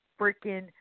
freaking